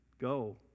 Go